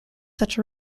such